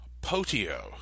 potio